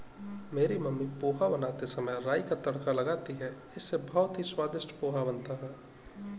मेरी मम्मी पोहा बनाते समय राई का तड़का लगाती हैं इससे बहुत ही स्वादिष्ट पोहा बनता है